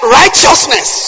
righteousness